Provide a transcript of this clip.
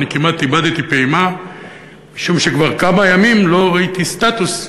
ואני כמעט איבדתי פעימה משום שכבר כמה ימים לא ראיתי סטטוס.